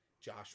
Josh